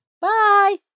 Bye